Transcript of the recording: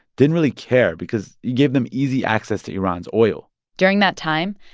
didn't really care because he gave them easy access to iran's oil during that time,